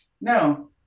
no